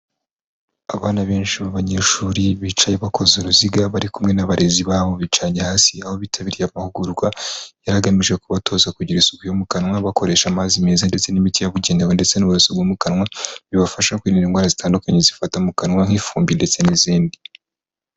Abana benshi mu b'abanyeshuri bicaye bakoze uruziga bari kumwe n'abarezi babo, bicaye hasi aho bitabiriye amahugurwa yari agamije kubatoza kugira isuku yo mu kanwa bakoresha amazi meza ndetse n'imiti yabugenewe ndetse n'ubuso bwo mu kanwa bibafasha kwirindara indwara zitandukanye zifata mu kanwa nk'ifumbi ndetse n'izindi.